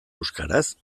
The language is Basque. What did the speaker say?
euskaraz